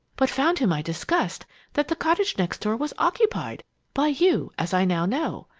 but found to my disgust that the cottage next door was occupied by you, as i now know!